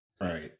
right